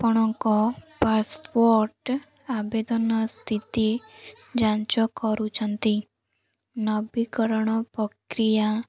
ଆପଣଙ୍କ ପାସ୍ପୋର୍ଟ ଆବେଦନ ସ୍ଥିତି ଯାଞ୍ଚ କରୁଛନ୍ତି ନବୀକରଣ ପ୍ରକ୍ରିୟା